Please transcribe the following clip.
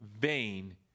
vain